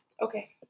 Okay